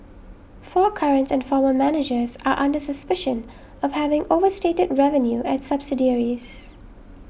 four current and former managers are under suspicion of having overstated revenue at subsidiaries